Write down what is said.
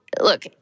look